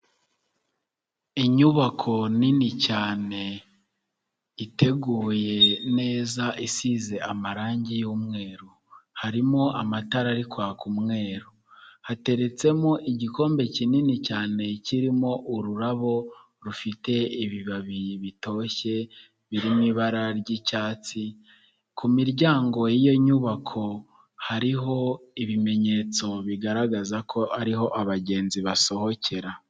Inyubako nini cyane iteguye neza isize amarangi y'umweru harimo amatara ari kwaka umweru hateretsemo igikombe kinini cyane kirimo ururabo rufite ibibabi bitoshye biri mu ibara ry'icyatsi ku miryango y'iyo nyubako hariho ibimenyetso bigaragaza ko ariho abagenzi basohokera.